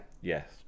Yes